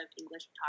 english